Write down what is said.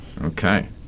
Okay